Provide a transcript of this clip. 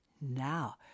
Now